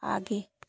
आगे